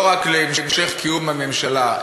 לא רק להמשך קיום הממשלה,